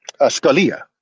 Scalia